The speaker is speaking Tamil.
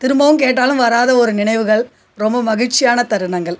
திரும்பவும் கேட்டாலும் வராத ஒரு நினைவுகள் ரொம்ப மகிழ்ச்சியான தருணங்கள்